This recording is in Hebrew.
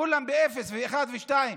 כולם ב-0 וב-1 ו-2.